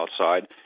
outside